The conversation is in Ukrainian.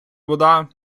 вода